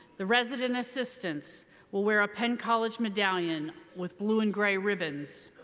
the resident assistants will wear a penn college medallion with blue and gray ribbons.